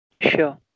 Sure